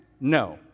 No